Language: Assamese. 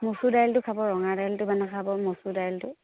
মচুৰ দাইলটো খাব ৰঙা দাইলটো মানে নেখাব মচুৰ দাইলটো